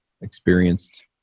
experienced